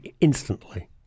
instantly